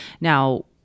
Now